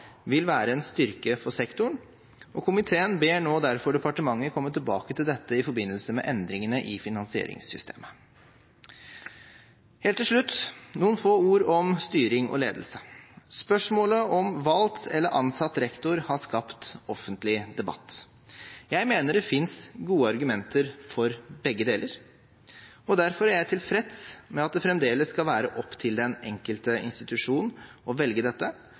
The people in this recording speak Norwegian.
vil være en styrke for sektoren, og komiteen ber nå derfor departementet komme tilbake til dette i forbindelse med endringene i finansieringssystemet. Helt til slutt noen få ord om styring og ledelse: Spørsmålet om valgt eller ansatt rektor har skapt offentlig debatt. Jeg mener det finnes gode argumenter for begge deler. Derfor er jeg tilfreds med at det fremdeles skal være opp til den enkelte institusjon å velge dette,